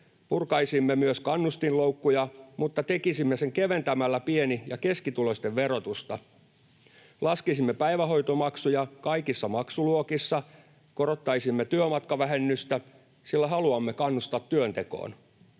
Purkaisimme myös kannustinloukkuja, mutta tekisimme sen keventämällä pieni- ja keskituloisten verotusta. Laskisimme päivähoitomaksuja kaikissa maksuluokissa. Korottaisimme työmatkavähennystä, sillä haluamme kannustaa työntekoon.